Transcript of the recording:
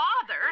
father